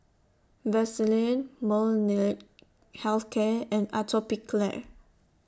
Vaselin Molnylcke Health Care and Atopiclair